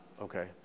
Okay